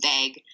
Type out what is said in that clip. vague